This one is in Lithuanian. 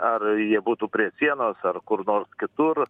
ar jie būtų prie sienos ar kur nors kitur